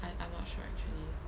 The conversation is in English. I I'm not sure actually